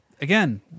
again